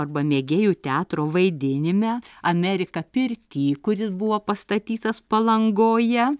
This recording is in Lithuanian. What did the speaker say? arba mėgėjų teatro vaidinime amerika pirty kuris buvo pastatytas palangoje